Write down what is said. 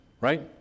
right